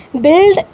build